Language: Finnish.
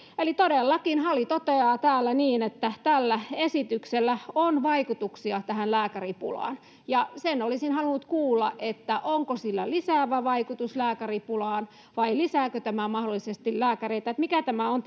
eli todellakin hali toteaa täällä niin että tällä esityksellä on vaikutuksia tähän lääkäripulaan ja sen olisin halunnut kuulla onko sillä lisäävä vaikutus lääkäripulaan vai lisääkö tämä mahdollisesti lääkäreitä mikä on